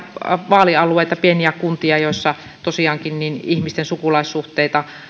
vaalialueita pieniä kuntia joissa tosiaankin ihmisten sukulaissuhteita